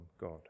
God